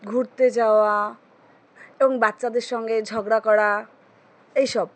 ঘুরতে যাওয়া এবং বাচ্চাদের সঙ্গে ঝগড়া করা এইসব